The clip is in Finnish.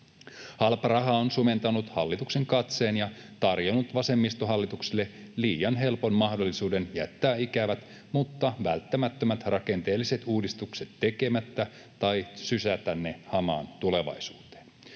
Halpa raha on sumentanut hallituksen katseen ja tarjonnut vasemmistohallitukselle liian helpon mahdollisuuden jättää ikävät mutta välttämättömät rakenteelliset uudistukset tekemättä tai sysätä ne hamaan tulevaisuuteen.